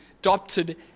adopted